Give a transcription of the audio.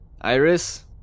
Iris